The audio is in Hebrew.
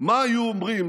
מה היו אומרים